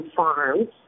farms